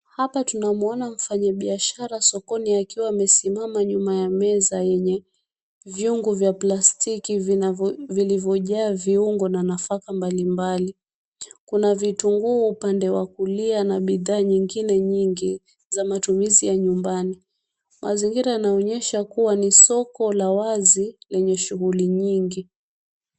Hapa tunamwona mfanya biashara sokoni akiwa amesimama nyuma ya meza yenye viungo vya plastiki vilivyojaa viungo na nafaka mbalimbali. Kuna vitunguu upande wa kulia na bidhaa nyingine nyingi za matumizi ya nyumbani. Mazingira yaonyesha kuwa ni soko la wazi yenye shughuli nyingi.